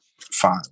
fine